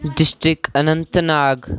district Anant Nag